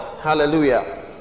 Hallelujah